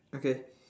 okay